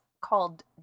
called